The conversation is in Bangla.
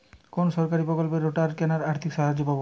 কোন সরকারী প্রকল্পে রোটার কেনার আর্থিক সাহায্য পাব?